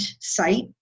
site